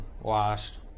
Washed